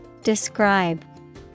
Describe